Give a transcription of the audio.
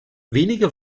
wenige